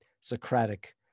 Socratic